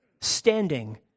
standing